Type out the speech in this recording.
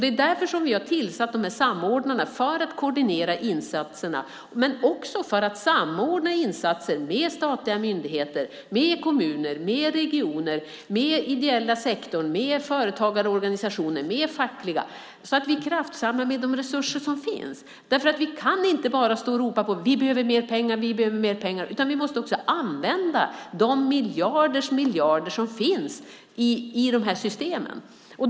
Det är därför vi har tillsatt samordnarna för att koordinera insatserna och för att samordna insatser med statliga myndigheter, kommuner, regioner, den ideella sektorn, företagarorganisationer och fackliga sådana. Vi kraftsamlar med de resurser som finns. Vi kan inte bara stå och ropa: Vi behöver mer pengar. Vi behöver mer pengar. Vi måste också använda de miljarders miljarder som finns i de här systemen.